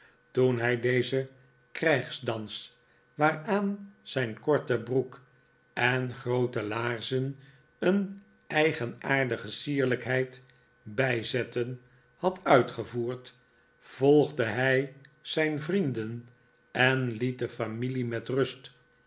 toen hij dezen krijgsdans waaraan zijn korte brbek en groote laarzen een eigenaardige sierlijkheid bijzetten had uitgevoerd volgde hij zijn vrienden en liet de familie met rust